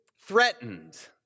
threatened